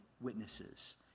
witnesses